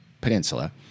peninsula